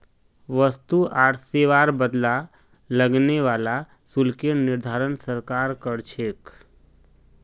वस्तु आर सेवार बदला लगने वाला शुल्केर निर्धारण सरकार कर छेक